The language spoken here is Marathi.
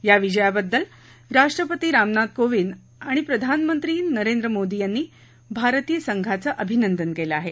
या विजयाबद्दल राष्ट्रपती रामनाथ कोंविद आणि प्रधानमंत्री नरेंद्र मोदी यांनी भारतीय संघाचं अभिनंदन केलं आहे